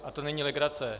A to není legrace.